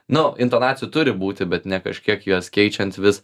nu intonacijų turi būti bet ne kažkiek juos keičiant vis